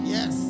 Yes